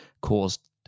caused